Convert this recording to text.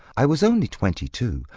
i was only twenty-two.